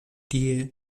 tie